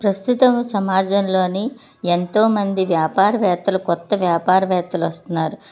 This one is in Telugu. ప్రస్తుతం సమాజంలోని ఎంతో మంది వ్యాపారవేత్తలు క్రొత్త వ్యాపారవేత్తలు వస్తున్నారు